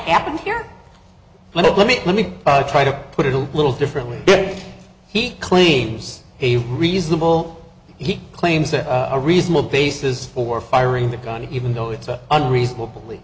happened here let me let me try to put it a little differently he claims a reasonable he claims are a reasonable basis for firing the gun even though it's an unreasonable b